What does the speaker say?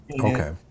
Okay